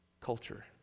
culture